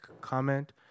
comment